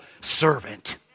servant